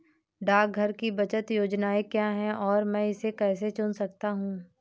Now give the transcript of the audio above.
डाकघर की बचत योजनाएँ क्या हैं और मैं इसे कैसे चुन सकता हूँ?